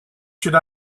should